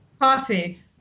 Coffee